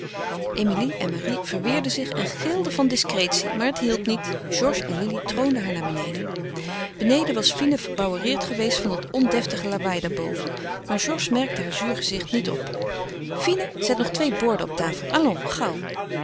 emilie en marie verweerden zich en gilden van discretie maar het hielp niet georges en lili troonden hen naar beneden beneden was fine verbouwereerd geweest van dat ondeftige lawaai daar boven maar georges merkte haar zuur gezicht niet op fine zet nog twee borden op tafel allons gauw